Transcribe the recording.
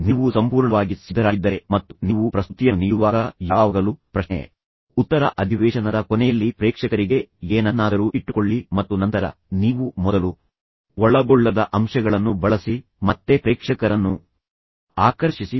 ನೀವು ಸಂಪೂರ್ಣವಾಗಿ ಸಿದ್ಧರಾಗಿದ್ದರೆ ಮತ್ತು ನೀವು ಪ್ರಸ್ತುತಿಯನ್ನು ನೀಡುವಾಗ ಯಾವಾಗಲೂ ಪ್ರಶ್ನೆ ಉತ್ತರ ಅಧಿವೇಶನದ ಕೊನೆಯಲ್ಲಿ ಪ್ರೇಕ್ಷಕರಿಗೆ ಏನನ್ನಾದರೂ ಇಟ್ಟುಕೊಳ್ಳಿ ಮತ್ತು ನಂತರ ನೀವು ಮೊದಲು ಒಳಗೊಳ್ಳದ ಅಂಶಗಳನ್ನು ಬಳಸಿ ಮತ್ತು ಪ್ರಶ್ನೆ ಉತ್ತರ ಅಧಿವೇಶನದಲ್ಲಿ ಮತ್ತೆ ಪ್ರೇಕ್ಷಕರನ್ನು ಆಕರ್ಷಿಸಿ